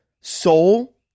soul